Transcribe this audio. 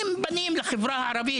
הם בני משפחות בחברה הערבית.